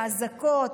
האזעקות,